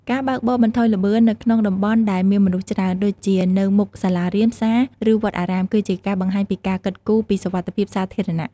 ការបើកបរបន្ថយល្បឿននៅក្នុងតំបន់ដែលមានមនុស្សច្រើនដូចជានៅមុខសាលារៀន ផ្សារ ឬវត្តអារាមគឺជាការបង្ហាញពីការគិតគូរពីសុវត្ថិភាពសាធារណៈ។